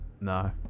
No